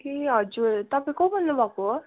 ए हजुर तपाईँ को बोल्नु भएको